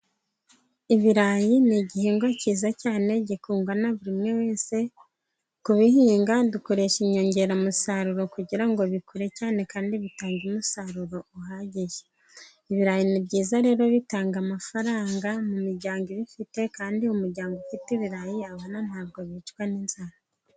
Ibirayi ni igihingwa cyiza cyane gikundwa na buri umwe wese. Kubihinga dukoresha inyongeramusaruro, kugira ngo bikure cyane kandi bitange umusaruro uhagije. Ibirayi ni byiza rero bitanga amafaranga mu muryango ubifite, kandi umuryango ufite ibirayi abana ntabwo bicwa n'inzara.